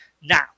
Now